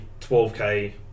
12k